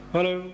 Hello